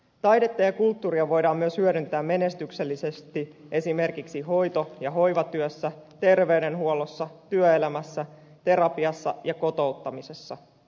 taidetta ja kulttuuria voidaan myös hyödyntää menestyksellisesti esimerkiksi hoito ja hoivatyössä terveydenhuollossa työelämässä terapiassa ja kotouttamisessa